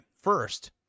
First